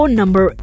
number